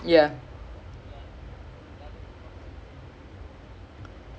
அவ்ளோ தான்:avlo dhaan milan two zero one so don't need to watch